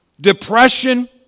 depression